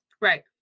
Right